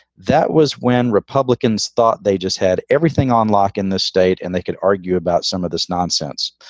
that was when republicans thought they just had everything on lock in the state and they could argue about some of this nonsense.